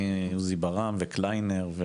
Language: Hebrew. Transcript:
מעוזי ברעם וקליינר,